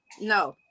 No